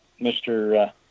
Mr